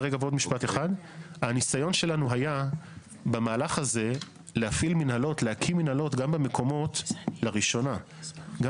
הניסיון שלנו היה במהלך הזה להקים מינהלות לראשונה גם